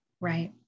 Right